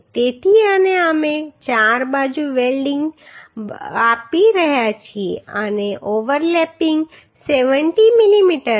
તેથી અને અમે ચાર બાજુ વેલ્ડીંગ આપી રહ્યા છીએ અને ઓવરલેપિંગ 70 mm છે